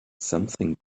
something